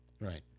Right